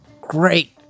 great